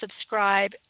subscribe